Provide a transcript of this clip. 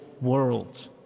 world